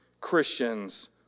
Christians